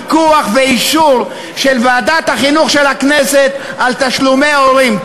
פיקוח ואישור של ועדת החינוך של הכנסת על תשלומי ההורים.